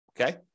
Okay